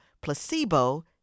placebo